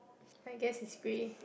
I guess it's grey